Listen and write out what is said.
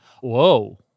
Whoa